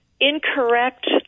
incorrect